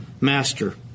master